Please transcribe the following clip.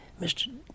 Mr